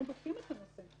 אנחנו בודקים את הנושא.